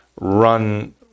run